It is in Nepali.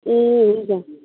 ए हुन्छ